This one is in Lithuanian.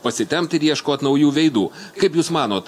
pasitempt ir ieškot naujų veidų kaip jūs manot